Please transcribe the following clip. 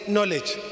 Knowledge